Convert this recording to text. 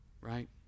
right